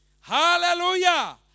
Hallelujah